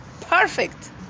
perfect